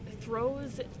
throws